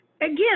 again